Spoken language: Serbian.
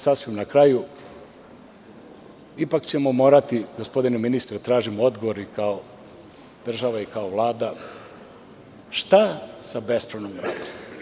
Sasvim na kraju, ipak ćemo morati, gospodine ministre da tražimo odgovor i kao država i kao Vlada – šta sa bespravnom gradnjom?